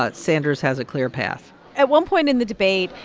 ah sanders has a clear path at one point in the debate,